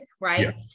right